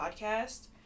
podcast